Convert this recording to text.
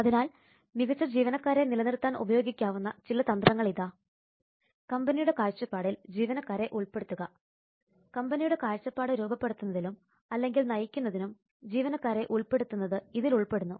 അതിനാൽ മികച്ച ജീവനക്കാരെ നിലനിർത്താൻ ഉപയോഗിക്കാവുന്ന ചില തന്ത്രങ്ങൾ ഇതാ കമ്പനിയുടെ കാഴ്ചപ്പാടിൽ ജീവനക്കാരെ ഉൾപ്പെടുത്തുക കമ്പനിയുടെ കാഴ്ചപ്പാട് രൂപപ്പെടുത്തുന്നതിലും അല്ലെങ്കിൽ നയിക്കുന്നതിനും ജീവനക്കാരെ ഉൾപ്പെടുത്തുന്നത് ഇതിലുൾപ്പെടുന്നു